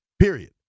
period